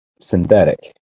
synthetic